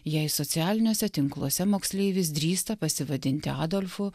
jei socialiniuose tinkluose moksleivis drįsta pasivadinti adolfu